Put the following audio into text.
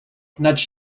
nudge